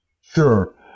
Sure